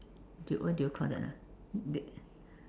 what do you call that ah they